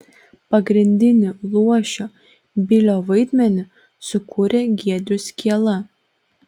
pagrindinį luošio bilio vaidmenį sukūrė giedrius kiela